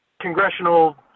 congressional